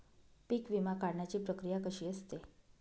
पीक विमा काढण्याची प्रक्रिया कशी असते?